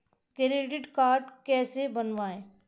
Credit card कैसे बनवाएँ?